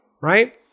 Right